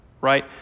right